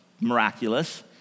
miraculous